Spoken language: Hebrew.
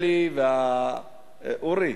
אורי,